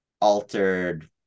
altered